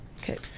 okay